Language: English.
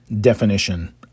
definition